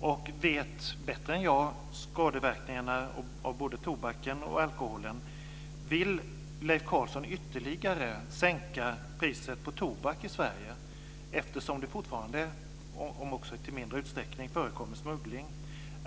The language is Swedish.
och känner bättre än jag skadeverkningarna av både tobaken och alkoholen. Vill Leif Carlson ytterligare sänka priset på tobak i Sverige eftersom det fortfarande, om än i mindre utsträckning, förekommer smuggling?